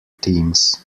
teams